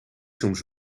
soms